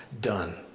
done